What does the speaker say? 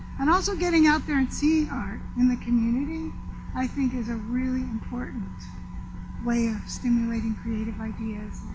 and also getting out there and seeing art in the community i think is a really important way of stimulating creative ideas.